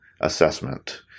assessment